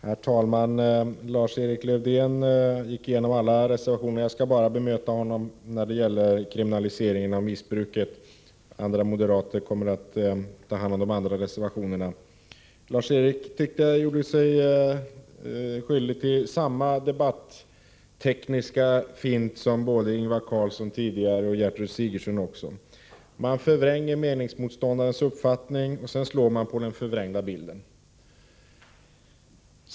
Herr talman! Lars-Erik Lövdén gick igenom alla reservationerna. Jag skall bara bemöta honom när det gäller kriminaliseringen av missbruket. Andra moderater kommer att kommentera de andra reservationerna. Lars-Erik Lövdén gjorde sig skyldig till samma debattekniska fint som Ingvar Carlsson i Tyresö och Gertrud Sigurdsen tidigare gjorde. Man förvränger meningsmotståndarens uppfattning och slår sedan på den förvrängda bilden.